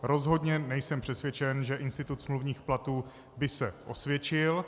Rozhodně nejsem přesvědčen, že institut smluvních platů by se osvědčil.